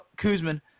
Kuzman